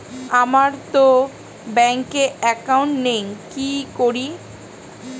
আমারতো ব্যাংকে একাউন্ট নেই কি করি?